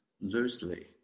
loosely